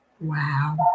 Wow